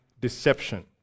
deception